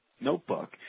notebook